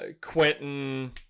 Quentin